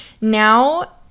now